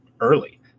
early